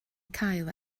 cael